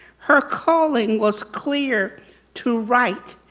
her calling was clear to write,